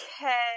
Okay